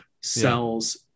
sells